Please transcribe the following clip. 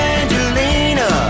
Angelina